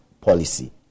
policy